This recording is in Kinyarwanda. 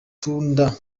tunda